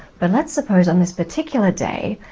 but let's suppose on this particular day,